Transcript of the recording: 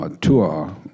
Tour